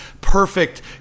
perfect